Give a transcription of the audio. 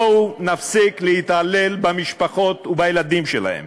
בואו נפסיק להתעלל במשפחות ובילדים שלהן.